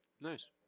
nice